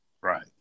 Right